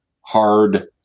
hard